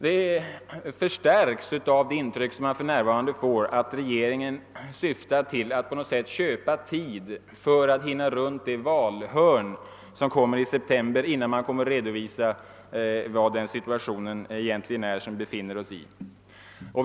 Den känslan förstärks av det intryck man för närvarande får, att regeringen syftar till att köpa tid för att hinna runt det valhörn som kommer i september, innan man redovisar vad det nu uppkomna ekonomiska läget egentligen innebär.